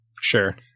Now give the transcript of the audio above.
Sure